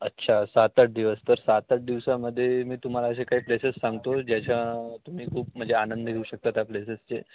अच्छा सात आठ दिवस तर सात आठ दिवसामध्ये मी तुम्हाला असे काही प्लेसेस सांगतो ज्याच्या तुम्ही खूप म्हणजे आनंद घेऊ शकता त्या प्लेसेसचे